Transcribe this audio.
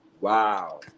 Wow